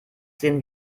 sehen